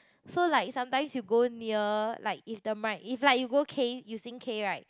so like sometimes you go near like if the mic if like you go K you sing K right